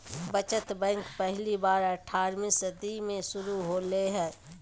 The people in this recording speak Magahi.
बचत बैंक पहली बार अट्ठारहवीं सदी में शुरू होले हल